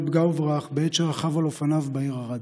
פגע וברח בעת שרכב על אופניו בעיר ערד.